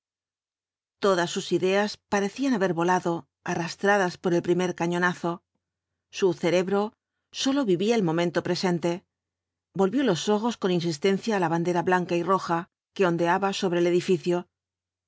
todas sus ideas parecían haber volado arrastradas por el primer cañonazo su cerebro sólo vivía el momento presente volvió los ojos con insistencia á la bandera blanca y roja que ondeaba sobre el edificio es